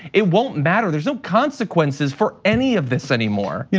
it won't matter. there's no consequences for any of this anymore. yeah